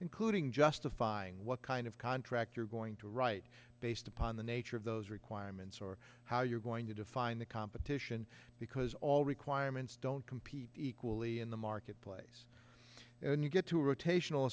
including justifying what kind of contract you're going to write based upon the nature of those requirements or how you're going to define the competition because all requirements don't compete equally in the marketplace and you get to rotation